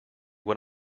what